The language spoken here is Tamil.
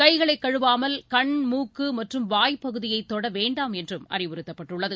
கைகளை கழுவாமல் கண் மூக்கு மற்றும் வாய் பகுதியை தொட வேண்டாம் என்றும் அறிவுறுத்தப்பட்டுள்ளது